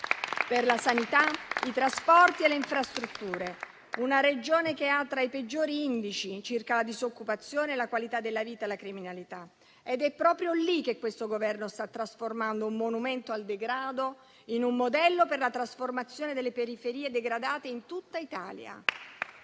per la sanità, i trasporti e le infrastrutture. Una Regione che ha tra i peggiori indici di disoccupazione, qualità della vita e criminalità. Ed è proprio lì che questo Governo sta trasformando un monumento al degrado in un modello per la trasformazione delle periferie degradate in tutta Italia.